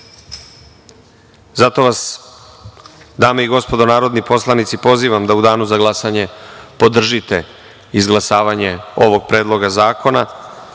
vas dame i gospodo narodni poslanici pozivam da u danu za glasanje podržite izglasavanje ovog Predloga zakona,